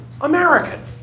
American